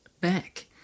back